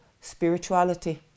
Spirituality